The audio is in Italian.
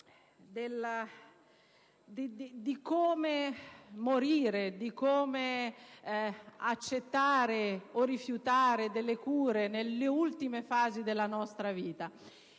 di come morire, di come accettare o rifiutare delle cure nelle ultime fasi della nostra vita,